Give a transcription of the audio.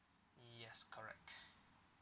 yes correct